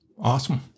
Awesome